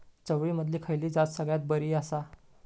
चवळीमधली खयली जात सगळ्यात बरी आसा?